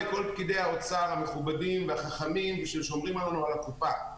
פקידי האוצר המלומדים והחכמים וששומרים לנו על הקופה,